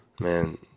Man